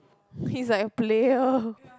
he's like a player